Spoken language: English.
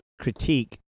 critique